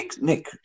Nick